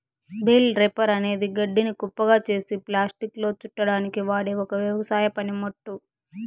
bale wrapper అనేది గడ్డిని కుప్పగా చేసి ప్లాస్టిక్లో చుట్టడానికి వాడె ఒక వ్యవసాయ పనిముట్టు